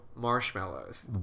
marshmallows